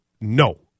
No